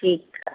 ठीकु आहे